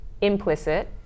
implicit